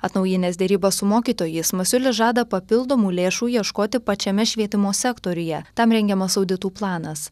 atnaujinęs derybas su mokytojais masiulis žada papildomų lėšų ieškoti pačiame švietimo sektoriuje tam rengiamas auditų planas